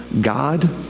God